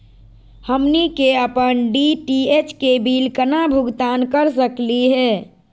हमनी के अपन डी.टी.एच के बिल केना भुगतान कर सकली हे?